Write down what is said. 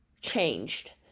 changed